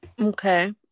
okay